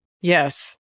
Yes